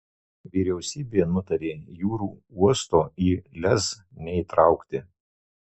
vyriausybė nutarė jūrų uosto į lez neįtraukti